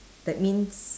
that means